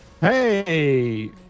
Hey